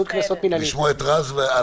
לשמוע את רז והלאה.